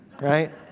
right